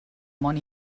món